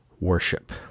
worship